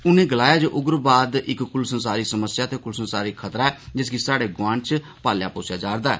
उनें गलाया जे उग्रवाद इक कुल संसारी समस्या ते कुल संसारी खतरा ऐ जिसगी स्हाड़े गोआंड च पालेआ पोसेआ जा'रदा ऐ